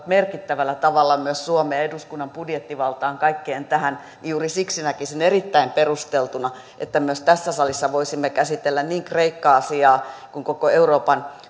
merkittävällä tavalla myös suomeen ja eduskunnan budjettivaltaan kaikkeen tähän näkisin erittäin perusteltuna että myös tässä salissa voisimme käsitellä niin kreikka asiaa kuin koko euroopan